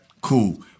Cool